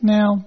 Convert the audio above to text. Now